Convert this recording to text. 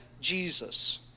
Jesus